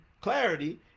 clarity